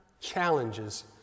challenges